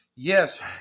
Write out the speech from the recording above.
Yes